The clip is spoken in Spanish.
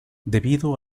debido